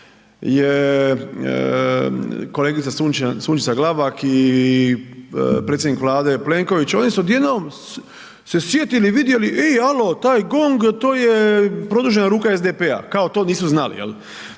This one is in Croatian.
kolegica Sunčana Glavak i predsjednik Vlade Plenković, oni su odjednom se sjetili i vidjeli ej alo, taj GONG to je produžena ruka SDP-a, kao to nisu znali, to